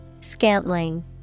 Scantling